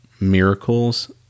miracles